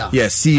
Yes